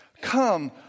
come